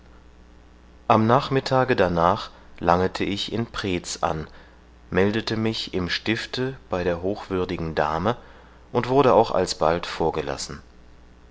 am nachmittage danach langete ich in preetz an meldete mich im stifte bei der hochwürdigen dame und wurde auch alsbald vorgelassen